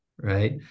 right